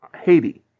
Haiti